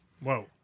Whoa